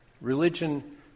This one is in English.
Religion